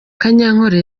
kanyankore